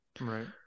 right